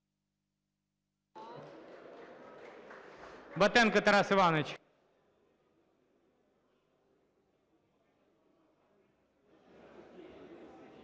Батенко Тарас Іванович.